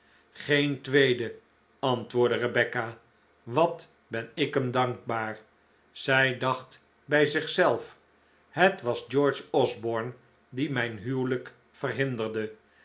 geen tweede antwoordde rebecca wat ben ik hem dankbaar zij dacht bij zichzelf het was george osborne die mijn huwelijk verhinderde